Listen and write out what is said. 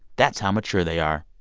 that's how mature they are.